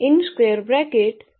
हे आहे